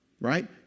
Right